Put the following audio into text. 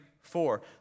four